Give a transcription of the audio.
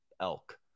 elk